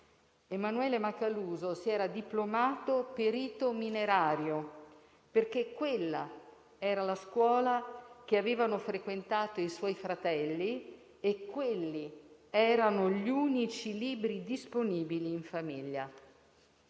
Emanuele Macaluso si diplomò perito minerario, perché quella era la scuola che avevano frequentato i suoi fratelli e quelli erano gli unici libri disponibili in famiglia.